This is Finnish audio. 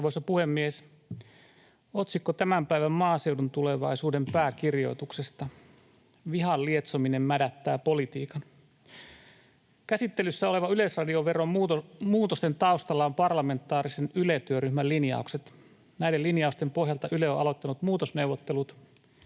Otsikko tämän päivän Maaseudun Tulevaisuuden pääkirjoituksesta: ”Vihan lietsominen mädättää politiikan”. Käsittelyssä olevan yleisradioveron muutosten taustalla ovat parlamentaarisen Yle-työryhmän linjaukset. Näiden linjausten pohjalta Yle on aloittanut muutosneuvottelut,